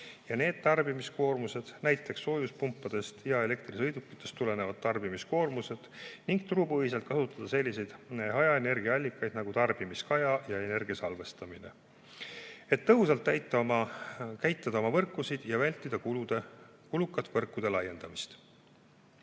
uutest tarbimiskoormustest, näiteks soojuspumpadest ja elektrisõidukitest tulenevaid tarbimiskoormusi, ning kasutada turupõhiselt selliseid hajaenergiaallikaid nagu tarbimiskaja ja energia salvestamine, et tõhusalt käitada oma võrkusid ja vältida kulukat võrkude laiendamist.